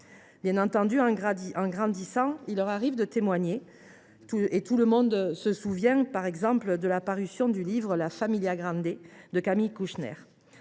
Bien entendu, en grandissant, il leur arrive de témoigner. Tout le monde se souvient, par exemple, de la parution du livre de Camille Kouchner,